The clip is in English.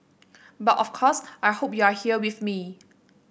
but of course I hope you're here with me